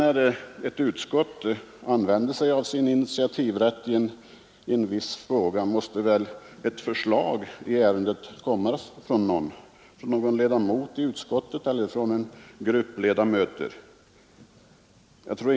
När ett utskott använder sig av sin initiativrätt i en viss fråga måste väl ett förslag i ett ärende komma från någon, från en ledamot eller en hel grupp ledamöter.